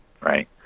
right